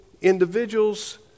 individuals